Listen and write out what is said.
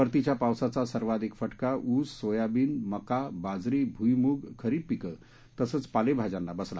परतीच्या पावसाचा सर्वाधिक फटका ऊस सोयाबीन मका बाजरी भुईमूग खरीप पिकं तसंच पालेभाज्यांना बसला